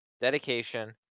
dedication